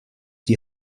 die